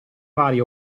varie